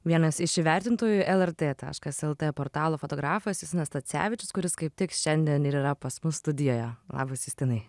vienas iš įvertintojų lrt taškas lt portalo fotografas justinas stacevičius kuris kaip tik šiandien yra pas mus studijoje labas justinai